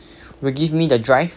will give me the drive